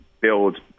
build